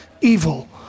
evil